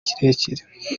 kirekire